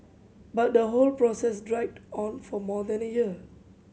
but the whole process dragged on for more than a year